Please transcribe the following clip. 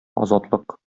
азатлык